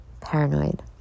paranoid